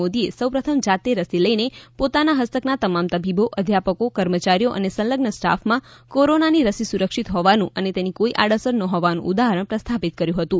મોદીએ સૌપ્રથમ જાતે રસી લઇને પોતાના હસ્તકના તમામ તબીબો અધ્યાપકો કર્મચારીઓ અને સંલઝ્ન સ્ટાફમાં કોરોનાની રસી સુરક્ષિત હોવાનું અને તેની કોઇ આડઅસર ન હોવાનું ઉદાહરણ પ્રસ્થાપિત કર્યું હતું